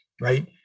right